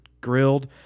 Grilled